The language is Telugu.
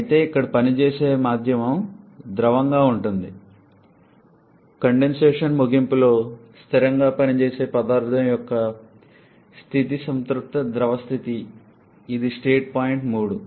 అయితే ఇక్కడ పని చేసే మాధ్యమం ద్రవంగా ఉంటుంది కండెన్సేషన్ సంక్షేపణం ముగింపులో స్థిరంగా పని చేసే పదార్ధం యొక్క స్థితి సంతృప్త ద్రవ స్థితి ఇది స్టేట్ పాయింట్ 3